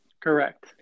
Correct